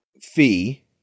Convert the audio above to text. fee